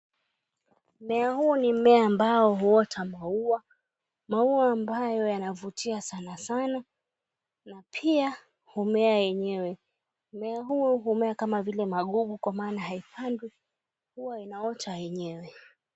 Mmea huu ni mmea ambao huota maua. Maua ambayo yanavutia sanasana na pia humea yenyewe. Mmea huu humea kama vile magugu kwa maana haipandwi. Hua inaota yenyewe.